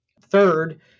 Third